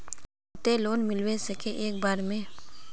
केते लोन मिलबे सके है एक बार में?